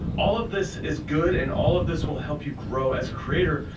all of this is good and all of this will help you grow as a creator.